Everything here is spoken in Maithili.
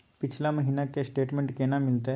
पिछला महीना के स्टेटमेंट केना मिलते?